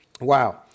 Wow